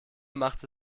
machte